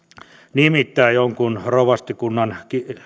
nimittää jonkun rovastikunnan